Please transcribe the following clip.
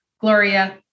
Gloria